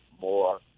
more